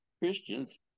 christians